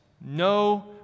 No